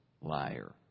liar